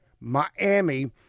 Miami